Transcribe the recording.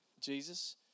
Jesus